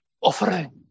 offering